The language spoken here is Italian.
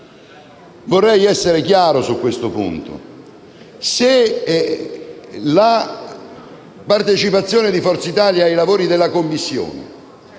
Vorrei essere chiaro su questo punto.